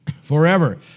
forever